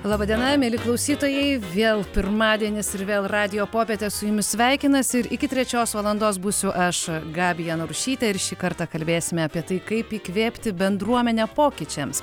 laba diena mieli klausytojai vėl pirmadienis ir vėl radijo popietę su jumis sveikinasi ir iki trečios valandos būsiu aš gabija narušytė ir šį kartą kalbėsime apie tai kaip įkvėpti bendruomenę pokyčiams